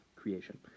creation